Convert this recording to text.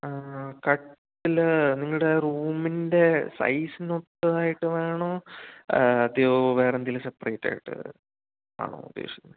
കട്ടി നിങ്ങളുടെ റൂമിൻ്റെ സൈസ് നോക്കിയിട്ട് വേണോ അതെയോ വേറെന്തെങ്കിലും സെപ്രേറ്റായിട്ട് ആണോ ഉദ്ദേശിക്കുന്നത്